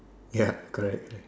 ya correct